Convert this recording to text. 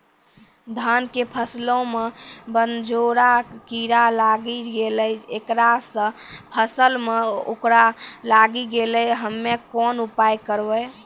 धान के फसलो मे बनझोरा कीड़ा लागी गैलै ऐकरा से फसल मे उखरा लागी गैलै हम्मे कोन उपाय करबै?